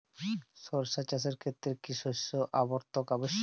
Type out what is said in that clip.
সরিষা চাষের ক্ষেত্রে কি শস্য আবর্তন আবশ্যক?